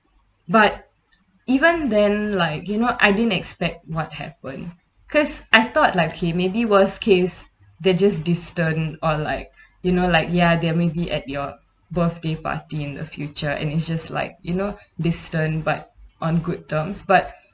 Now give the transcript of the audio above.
but even then like you know I didn't expect what happen because I thought like okay may be worst case they're just distant or like you know like ya they're maybe at your birthday party in the future and it's just like you know distant but on good terms but